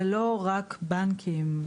זה לא רק בנקים.